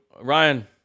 Ryan